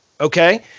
Okay